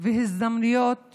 והזדמנויות